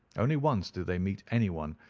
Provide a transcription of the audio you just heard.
only once did they meet anyone,